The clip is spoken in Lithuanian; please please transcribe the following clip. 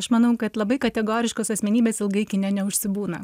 aš manau kad labai kategoriškos asmenybės ilgai neužsibūna